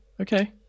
okay